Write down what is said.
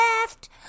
left